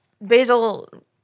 basil